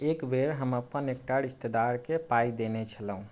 एकबेर हम अपन एकटा रिस्तेदार के पाइ देने छलहुॅं